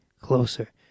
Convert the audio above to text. closer